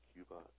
Cuba